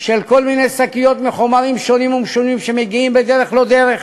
של כל מיני שקיות מחומרים שונים ומשונים שמגיעים בדרך-לא-דרך.